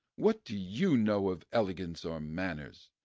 what do you know of elegance or manners!